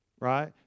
Right